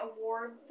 award